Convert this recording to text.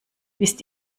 wisst